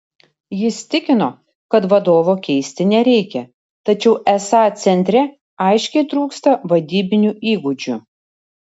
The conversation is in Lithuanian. jis tikino kad vadovo keisti nereikia tačiau esą centre aiškiai trūksta vadybinių įgūdžių